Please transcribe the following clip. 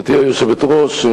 גברתי היושבת-ראש,